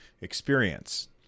experience